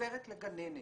עוזרת אחת לגננת.